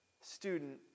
student